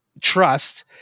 trust